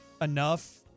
enough